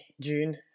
June